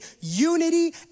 Unity